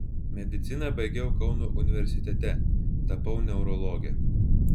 mediciną baigiau kauno universitete tapau neurologe